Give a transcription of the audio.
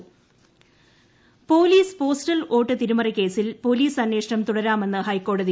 Ramesh Chennithala police postal vote തിരിമറി കേസിൽ police അന്വേഷണം തുടരാമെന്ന് ഹൈക്കോടതി